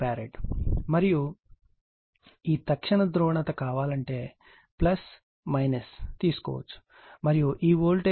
మరియు ఈ తక్షణ ధ్రువణత కావాలంటే తీసుకోవచ్చు మరియు ఈ వోల్టేజ్ 0